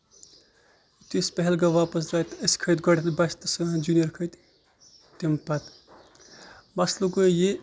یِتُھے أسۍ پہلگام واپَس درٛاے تہٕ أسۍ کھٔتۍ گۄڈٕنیتھ بَسہِ تہٕ سٲنۍ جوٗنیر کھٔتۍ تَمہِ پَتہٕ مَسلہٕ گوٚو یہِ